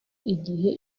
igihe